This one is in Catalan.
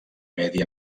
medi